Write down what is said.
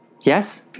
Yes